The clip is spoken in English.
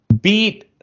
beat